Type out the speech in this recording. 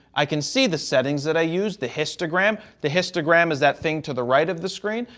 i can see the settings that i use the histogram. the histogram is that thing to the right of the screen.